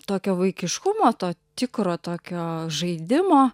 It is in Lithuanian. tokio vaikiškumo to tikro tokio žaidimo